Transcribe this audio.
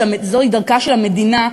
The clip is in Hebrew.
שזאת דרכה של המדינה,